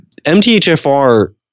MTHFR